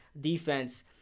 defense